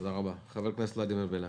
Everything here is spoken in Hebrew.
תודה רבה, חבר הכנסת ולדימיר בליאק.